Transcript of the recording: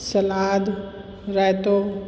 salad रायतो